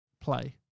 play